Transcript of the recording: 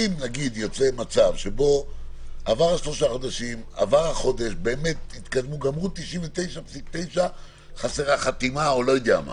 אם תקבע את זה לשישה חודשים יעשו את זה בשבועיים האחרונים.